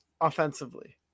Offensively